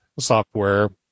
software